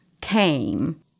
came